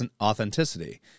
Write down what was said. authenticity